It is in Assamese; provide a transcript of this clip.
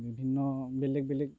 বিভিন্ন বেলেগ বেলেগ